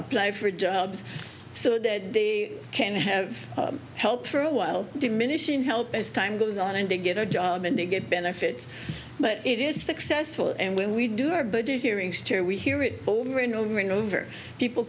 apply for jobs so that they can have help for a while diminishing help as time goes on and they get a job and they get benefits but it is successful and when we do our but if you're in we hear it over and over and over people